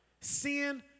Sin